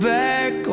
back